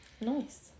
Nice